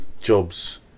jobs